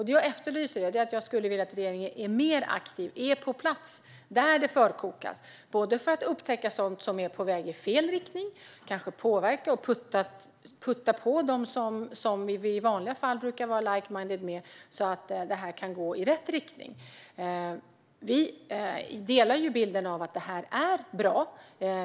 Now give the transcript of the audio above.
Det jag efterlyser är att regeringen är mer aktiv och är på plats där det förkokas för att upptäcka sådant som är på väg i fel riktning och kunna påverka och putta på dem som vi i vanliga fall är like-minded med så att det kan gå i rätt riktning. Vi delar bilden av att detta är bra.